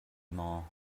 maw